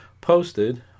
posted